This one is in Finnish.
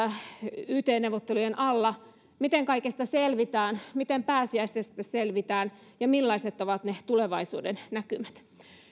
yt neuvottelujen alla miten kaikesta selvitään miten pääsiäisestä selvitään ja millaiset ovat ne tulevaisuudennäkymät